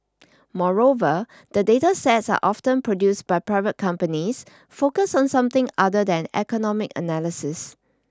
moreover the data sets are often produced by private companies focused on something other than economic analysis